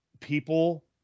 people